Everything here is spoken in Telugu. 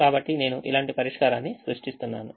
కాబట్టి నేను ఇలాంటి పరిష్కారాన్ని సృష్టిస్తున్నాను